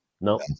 no